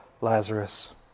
Lazarus